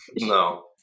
No